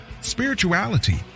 spirituality